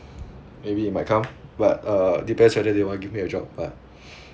maybe it might come but uh depends whether they want give me a job but